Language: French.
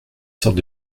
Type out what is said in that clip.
sorte